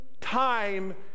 time